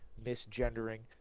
misgendering